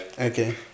okay